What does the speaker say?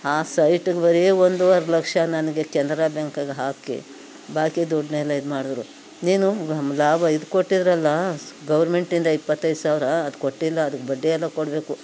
ಆ ಸೈಟಿಗೆ ಬರೀ ಒಂದುವರೆ ಲಕ್ಷ ನನಗೆ ಕೆನರಾ ಬ್ಯಾಂಕಿಗೆ ಹಾಕಿ ಬಾಕಿ ದುಡ್ಡನ್ನೆಲ್ಲ ಇದ್ಮಾಡಿದ್ರು ನೀನು ಲಾಭ ಇದು ಕೊಟ್ಟಿದ್ರಲ್ಲ ಗೌರ್ಮೆಂಟಿಂದ ಇಪ್ಪತ್ತೈದು ಸಾವಿರ ಅದು ಕೊಟ್ಟಿಲ್ಲ ಅದಕ್ಕೆ ಬಡ್ಡಿ ಎಲ್ಲ ಕೊಡಬೇಕು